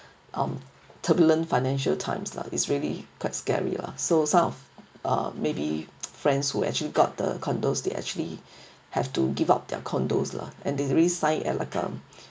um turbulent financial times lah is really quite scary lah so some of uh maybe friends who actually got the condos they actually have to give up their condos lah and they re-sign like a